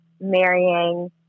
marrying